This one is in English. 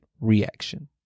reaction